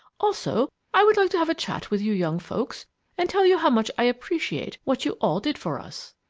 also, i would like to have a chat with you young folks and tell you how much i appreciate what you all did for us.